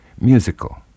musical